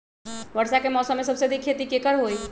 वर्षा के मौसम में सबसे अधिक खेती केकर होई?